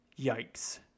yikes